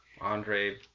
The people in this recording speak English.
Andre